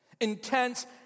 intense